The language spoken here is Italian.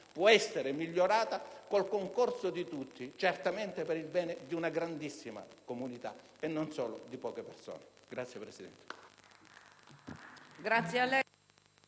Può essere migliorata con il concorso di tutti, certamente per il bene di una grandissima comunità e non solo di poche persone. *(Applausi